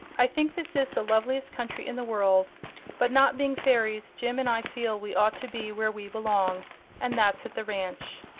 i think this is the loveliest country in the world but not being fairies jim and i feel we ought to be where we belong and that's at the ranch.